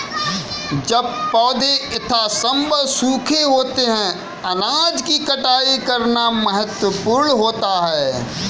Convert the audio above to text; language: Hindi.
जब पौधे यथासंभव सूखे होते हैं अनाज की कटाई करना महत्वपूर्ण होता है